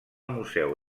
museu